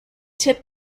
tip